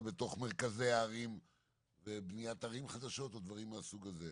בתוך מרכזי הערים ובניית ערים חדשות ודברים מהסוג הזה.